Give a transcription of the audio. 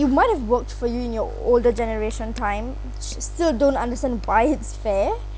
it might have worked for you and your older generation time I just still don't understand why it's fair